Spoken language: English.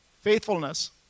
Faithfulness